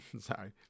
Sorry